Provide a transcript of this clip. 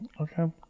Okay